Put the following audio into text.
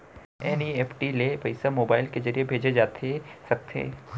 NEFT ले पइसा mobile के ज़रिए भेजे जाथे सकथे?